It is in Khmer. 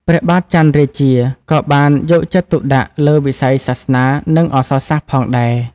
ព្រះបាទចន្ទរាជា ក៏បានយកចិត្តទុកដាក់លើវិស័យសាសនា និងអក្សរសាស្ត្រផងដែរ។